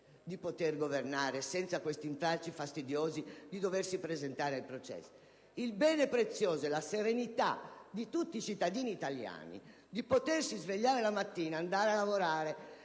di poter governare senza l'intralcio fastidioso di doversi presentare ai processi; il bene prezioso è la serenità di tutti i cittadini italiani di potersi svegliare la mattina, andare a lavorare,